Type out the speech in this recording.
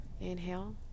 Inhale